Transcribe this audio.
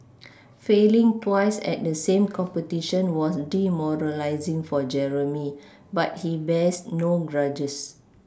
failing twice at the same competition was demoralising for Jeremy but he bears no grudges